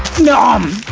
nom,